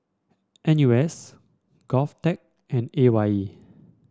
N U S Govtech and A Y E